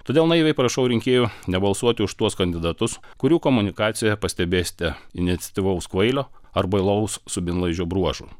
todėl naiviai prašau rinkėjų nebalsuoti už tuos kandidatus kurių komunikacijoje pastebėsite iniciatyvaus kvailio ar bailaus subinlaižio bruožų